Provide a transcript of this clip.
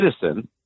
citizen